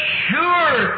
sure